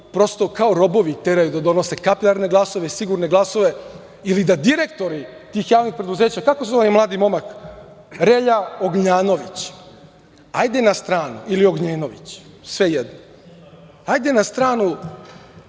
prosto kao robovi teraju da donose kapilarne glasove, sigurne glasove ili da direktori tih javnih preduzeća, kako se zove ovaj mladi momak, Relja Ognjanović ili Ognjenović, sve jedno? Na stranu